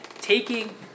taking